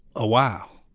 a while,